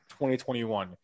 2021